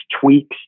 tweaks